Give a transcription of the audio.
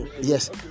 Yes